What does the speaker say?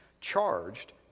charged